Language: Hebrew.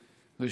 ראשית,